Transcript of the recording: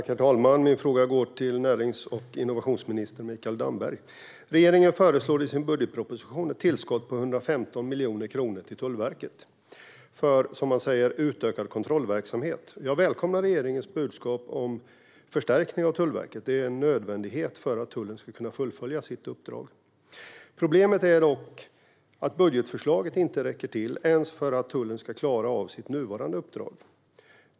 Herr talman! Min fråga går till närings och innovationsminister Mikael Damberg. Regeringen föreslår i sin budgetproposition ett tillskott på 115 miljoner kronor till Tullverket för, som man säger, utökad kontrollverksamhet. Jag välkomnar regeringens budskap om förstärkning av Tullverket. Det är en nödvändighet för att tullen ska kunna fullfölja sitt uppdrag. Problemet är dock att budgetförslaget inte räcker till ens för att tullen ska klara av sitt nuvarande uppdrag.